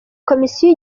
komisiyo